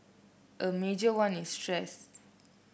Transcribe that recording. a major one is stress